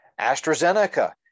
AstraZeneca